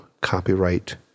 copyright